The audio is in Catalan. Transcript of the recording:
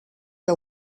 que